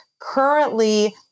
Currently